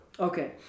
Okay